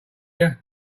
you